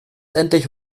endlich